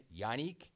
Yannick